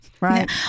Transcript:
Right